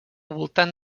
voltant